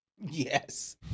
Yes